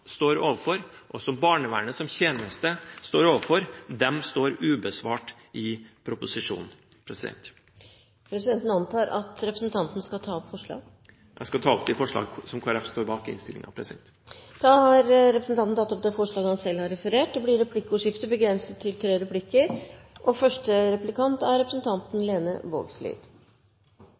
står overfor, og som barnevernet som tjeneste står overfor, står ubesvart i proposisjonen. Presidenten antar at representanten skal ta opp forslag. Jeg skal ta opp det forslaget som Kristelig Folkeparti står bak i Innst. 395 L. Representanten Øyvind Håbrekke har da tatt opp det forslaget han refererte til. Det blir replikkordskifte. Eg er, som representanten